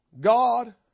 God